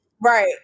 right